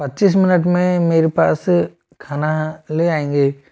पचीस मिनट में मेरे पास खाना ले आएँगे